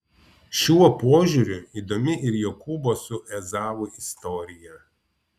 šiuo požiūriu įdomi ir jokūbo su ezavu istorija